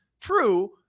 True